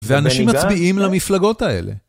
‫ואנשים מצביעים למפלגות האלה.